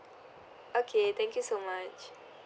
okay thank you so much